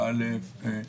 באל"ף?